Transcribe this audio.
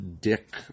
dick